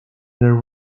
there